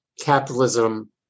capitalism